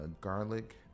garlic